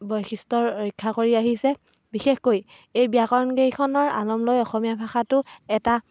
বৈশিষ্ট্য ৰক্ষা কৰি আহিছে বিশেষকৈ এই ব্যাকৰণ কেইখনৰ আলম লৈ অসমীয়া ভাষাটো এটা